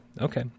okay